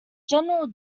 general